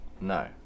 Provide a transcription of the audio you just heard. No